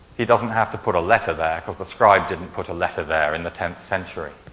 he doesn't have to put a letter there, cause the scribe didn't put a letter there in the tenth century.